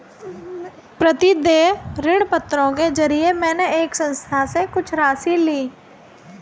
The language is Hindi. प्रतिदेय ऋणपत्रों के जरिये मैंने एक संस्था से कुछ राशि ली